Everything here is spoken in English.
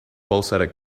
basaltic